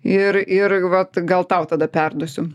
ir ir vat gal tau tada perduosiu